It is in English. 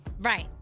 Right